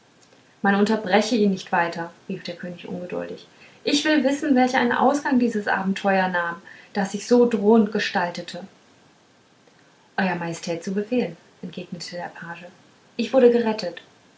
man unterbreche ihn nicht weiter rief der könig ungeduldig ich will wissen welch einen ausgang dieses abenteuer nahm das sich so drohend gestaltet eurer majestät zu befehl entgegnete der page ich wurde gerettet